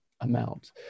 amount